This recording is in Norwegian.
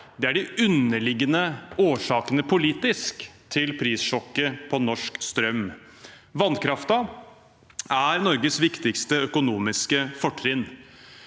Det er de underliggende politiske årsakene til prissjokket på norsk strøm. Vannkraften er Norges viktigste økonomiske fortrinn.